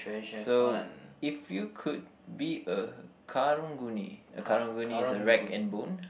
so if you could be a karang-guni a karang-guni is a rag and bone